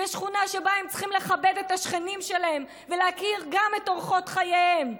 בשכונה שבה הם צריכים לכבד את השכנים שלהם ולהכיר גם את אורחות חייהם,